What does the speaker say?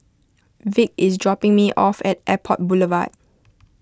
Vick is dropping me off at Airport Boulevard